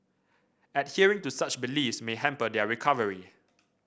adhering to such beliefs may hamper their recovery